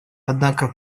однако